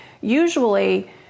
Usually